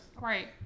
Right